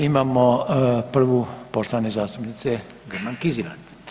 Imamo prvu poštovane zastupnice Grman Kizivat.